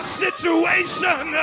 situation